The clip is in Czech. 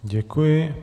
Děkuji.